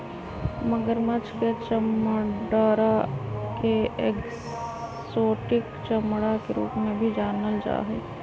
मगरमच्छ के चमडड़ा के एक्जोटिक चमड़ा के रूप में भी जानल जा हई